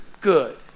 good